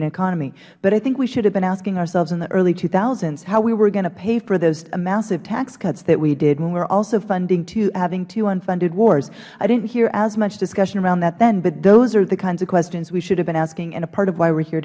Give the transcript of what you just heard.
an economy but i think we should have been asking ourselves in the early 's how we were going to pay for the massive tax cuts that we did when we were also having to unfunded wars i didn't hear as much discussion around that then but those are the kinds of questions we should have been asking and a part of why we are here